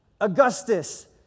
Augustus